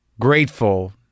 grateful